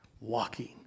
walking